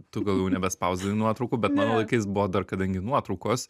tu gal jau nebespausdini nuotraukų bet mano laikais buvo dar kadangi nuotraukos